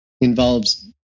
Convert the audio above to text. involves